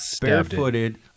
barefooted